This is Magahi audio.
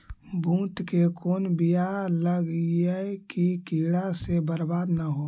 बुंट के कौन बियाह लगइयै कि कीड़ा से बरबाद न हो?